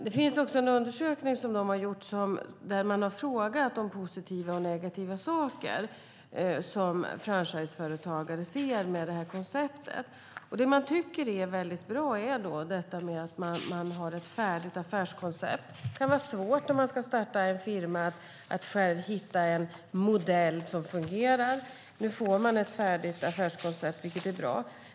De har också gjort en undersökning, där de har frågat om positiva och negativa saker som franchisetagare ser med det här konceptet. Det man tycker är väldigt bra är att det finns ett färdigt affärskoncept. Om man ska starta en firma kan det vara svårt att själv hitta en modell som fungerar. Nu får man ett färdigt affärskoncept, vilket är bra.